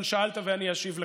אבל שאלת ואני אשיב לך.